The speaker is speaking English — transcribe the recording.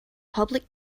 public